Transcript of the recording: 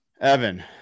Evan